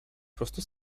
prostu